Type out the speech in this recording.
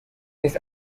نیز